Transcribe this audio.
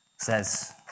says